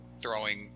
throwing